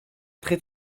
très